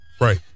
Right